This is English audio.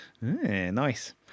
Nice